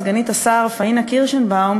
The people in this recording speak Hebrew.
מסגנית השר פאינה קירשנבאום,